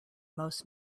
most